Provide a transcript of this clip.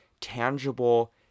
tangible